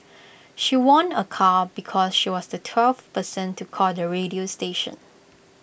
she won A car because she was the twelfth person to call the radio station